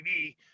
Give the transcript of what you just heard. TV